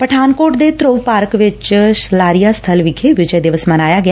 ਪਠਾਨਕੋਟ ਦੇ ਧਰੁਵ ਪਾਰਕ ਵਿਚ ਸਲਾਰੀਆ ਸੱਬਲ ਵਿਖੇ ਵਿਜੈ ਦਿਵਸ ਮਨਾਇਆ ਗਿਆ